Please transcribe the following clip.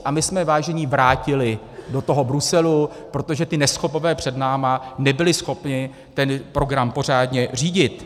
A my jsme je, vážení, vrátili do toho Bruselu, protože ti neschopové před námi nebyli schopni ten program pořádně řídit.